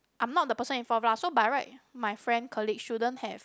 I'm not the person involved lah so by right my friend colleague shouldn't have